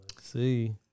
see